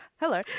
hello